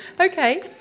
okay